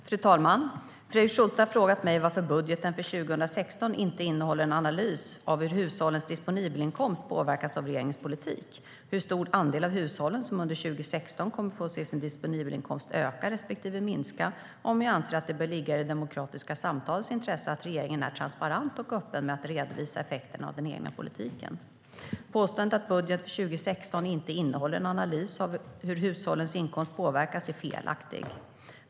Fru talman! Fredrik Schulte har frågat mig varför budgeten för 2016 inte innehåller en analys av hur hushållens disponibelinkomst påverkas av regeringens politik, hur stor andel av hushållen som under 2016 kommer att få se sin disponibelinkomst öka respektive minska och om jag anser att det bör ligga i det demokratiska samtalets intresse att regeringen är transparent och öppen med att redovisa effekterna av den egna politiken. Påståendet att budgeten för 2016 inte innehåller en analys av hur hushållens inkomst påverkas är felaktigt.